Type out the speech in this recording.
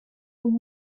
com